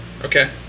Okay